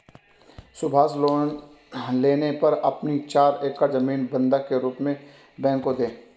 Subhash loan लेने पर अपनी चार एकड़ जमीन बंधक के रूप में बैंक को दें